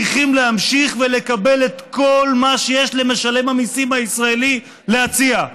צריכים להמשיך ולקבל את כל מה שיש למשלם המיסים הישראלי להציע?